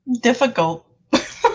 difficult